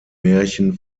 märchen